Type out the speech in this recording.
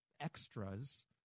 extras